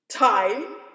Time